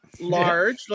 large